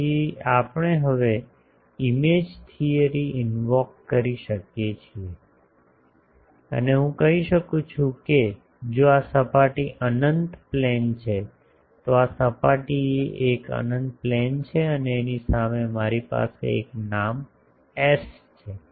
તેથી હવે આપણે ઇમેજ થિયરી ઇનવોક કરી શકીએ છીએ તેથી હું કહી શકું છું કે જો આ સપાટી અનંત પ્લેન છે તો સપાટી એક અનંત પ્લેન છે અને એની સામે મારી પાસે એક નામ S છે